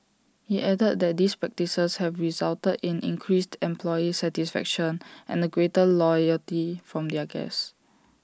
he added that these practices have resulted in increased employee satisfaction and A greater loyalty from their guests